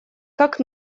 как